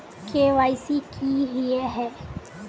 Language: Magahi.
के.वाई.सी की हिये है?